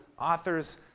Authors